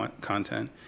content